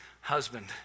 husband